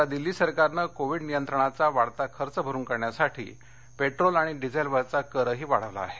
आता दिल्ली सरकारनं कोविड नियंत्रणाचा वाढता खर्च भरून काढण्यासाठी पेट्रोल आणि डिझेलवरचा करही वाढवला आहे